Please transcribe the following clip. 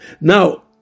Now